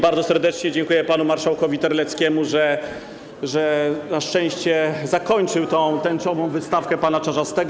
Bardzo serdecznie dziękuję panu marszałkowi Terleckiemu, że na szczęście zakończył tę tęczową wystawkę pana Czarzastego.